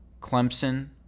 Clemson